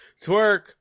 Twerk